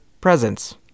presence